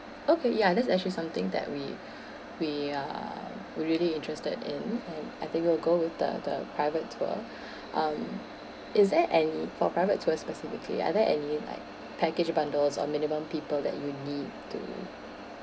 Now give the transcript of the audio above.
okay ya that's actually something that we we are really interested in and I think we'll go with the the private tour um is there any for private tours specifically are there any like package bundles or minimum people that you need to